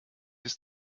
ist